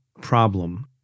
problem